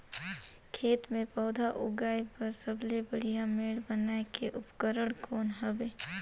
खेत मे पौधा उगाया बर सबले बढ़िया मेड़ बनाय के उपकरण कौन हवे?